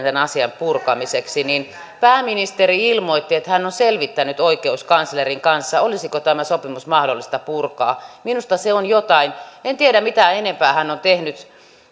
tämän asian purkamiseksi pääministeri ilmoitti että hän on selvittänyt oikeuskanslerin kanssa olisiko tämä sopimus mahdollista purkaa minusta se on jotain en tiedä mitä enempää hän on tehnyt